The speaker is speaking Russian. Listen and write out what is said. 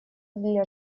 для